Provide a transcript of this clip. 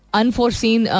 unforeseen